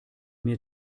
mir